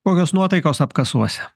kokios nuotaikos apkasuose